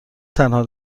تنها